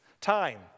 Time